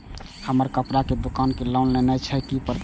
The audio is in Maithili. हमर कपड़ा के दुकान छे लोन लेनाय छै की करे परतै?